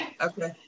okay